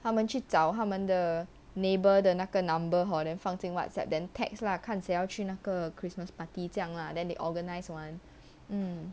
他们去找他们的 neighbour 的那个 number hor then 放进 whatsapp then text lah 看谁要去那个 christmas party 这样 lah then they organize one mm